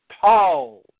tall